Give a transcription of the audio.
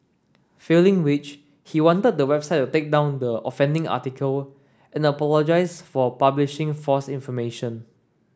failing which he wanted the website take down the offending article and apologise for publishing false information